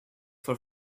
for